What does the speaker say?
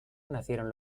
nacieron